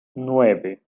nueve